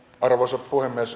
arvoisa puhemies